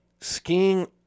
skiing